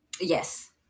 Yes